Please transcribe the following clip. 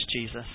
Jesus